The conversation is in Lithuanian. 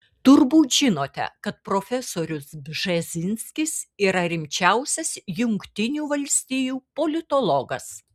turbūt žinote kad profesorius bžezinskis yra rimčiausias jungtinių valstijų politologas